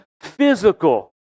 physical